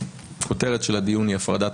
הכותרת של הדיון היא הפרדת